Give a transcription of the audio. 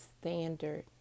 standard